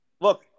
Look